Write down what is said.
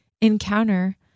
encounter